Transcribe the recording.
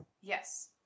Yes